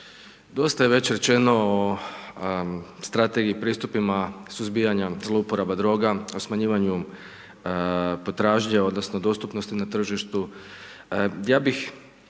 Dosta je već rečeno o strategiji pristupima suzbijanja zlouporaba droga, o smanjivanju potražnje, odnosno, dostupnosti na tržištu,